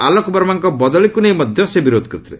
ଆଲୋକବର୍ମାଙ୍କ ବଦଳିକୁ ନେଇ ମଧ୍ୟ ସେ ବିରୋଧ କରିଥିଲେ